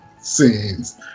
scenes